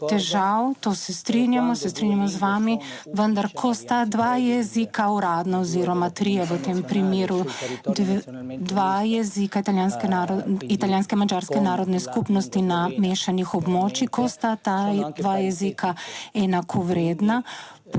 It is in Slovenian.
težav, to se strinjamo, se strinjam z vami. Vendar, ko sta dva jezika uradna oziroma trije, v tem primeru dva jezika italijanske, italijanske, madžarske narodne skupnosti na mešanih območjih, ko sta ta dva jezika enakovredna,